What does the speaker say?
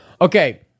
Okay